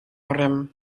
rem